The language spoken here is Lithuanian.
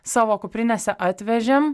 savo kuprinėse atvežėm